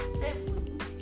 seven